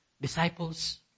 Disciples